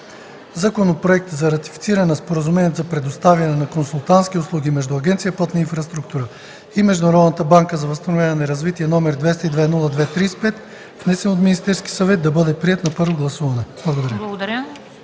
Законопроект за ратифициране на Споразумението за предоставяне на консултантски услуги между Агенция „Пътна инфраструктура” и Международната банка за възстановяване и развитие, № 202-02-35, внесен от Министерския съвет, да бъде приет на първо гласуване.” Благодаря.